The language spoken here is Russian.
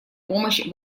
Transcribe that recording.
помощь